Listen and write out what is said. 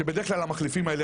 שבדרך כלל המחליפים האלה,